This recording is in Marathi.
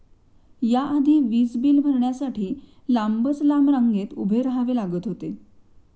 या आधी वीज बिल भरण्यासाठी लांबच लांब रांगेत उभे राहावे लागत होते